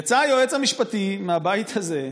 יצא היועץ המשפטי מהבית הזה,